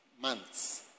months